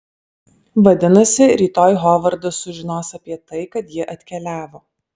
vadinasi rytoj hovardas sužinos apie tai kad ji atkeliavo